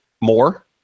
more